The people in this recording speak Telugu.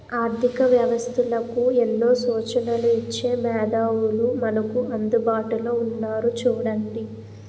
ఆర్థిక వ్యవస్థలకు ఎన్నో సూచనలు ఇచ్చే మేధావులు మనకు అందుబాటులో ఉన్నారు చూడండి